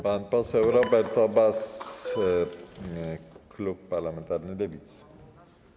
Pan poseł Robert Obaz, klub parlamentarny Lewicy.